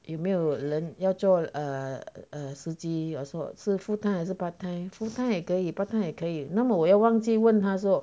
有没有人要做 err err 司机也是说 full time 还是 part time full time 也可以 part time 也可以那么我又忘记问他说